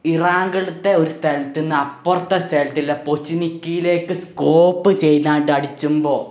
ഇറാങ്കിളത്തെ ഒരു സ്ഥലത്തെന്നു അപ്പുറത്തെ സ്റ്റേറ്റിലെ പോച്ച് നിക്കീലേക്ക് സ്കോപ്പ് ചെയ്താണ്ട് അടിച്ചുമ്പോൾ